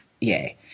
Yay